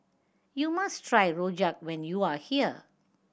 you must try rojak when you are here